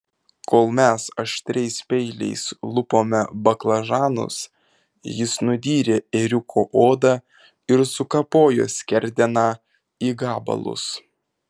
kol mes aštriais peiliais lupome baklažanus jis nudyrė ėriuko odą ir sukapojo skerdeną į gabalus